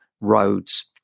roads